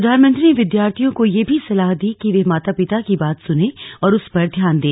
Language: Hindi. प्रधानमंत्री ने विद्यार्थियों को यह भी सलाह दी कि वे माता पिता की बात सुने और उस पर ध्यान दें